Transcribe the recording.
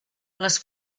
les